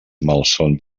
malsons